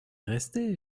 restez